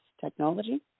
technology